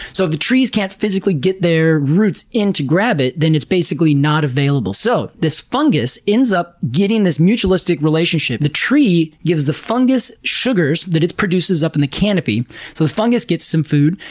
so if the trees can't physically get their roots in to grab it then it's basically not available. so this fungus ends up getting this mutualistic relationship the tree gives the fungus sugars that it produces up in the canopy, so the fungus gets some food,